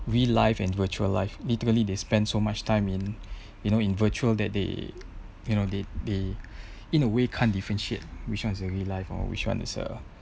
real life and virtual life literally they spend so much time in you know in virtual that they you know they they in a way can't differentiate which [one] is a real life or which [one] is a